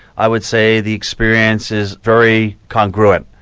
i would say the experience is very congruent.